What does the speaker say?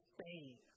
Spain